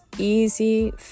easy